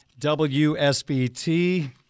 WSBT